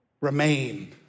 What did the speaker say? remain